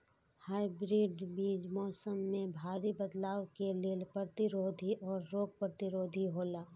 hybrid बीज मौसम में भारी बदलाव के लेल प्रतिरोधी और रोग प्रतिरोधी हौला